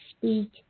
speak